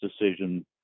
decision